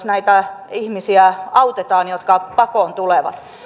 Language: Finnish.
näitä muita ihmisiä autetaan jotka pakoon tulevat